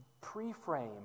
pre-frame